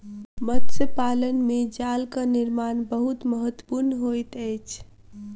मत्स्य पालन में जालक निर्माण बहुत महत्वपूर्ण होइत अछि